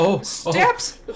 steps